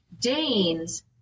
danes